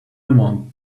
want